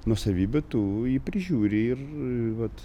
nuosavybė tu jį prižiūri ir vat